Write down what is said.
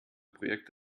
projekt